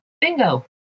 bingo